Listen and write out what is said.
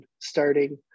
starting